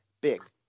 big